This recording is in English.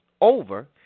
over